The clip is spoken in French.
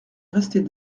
restait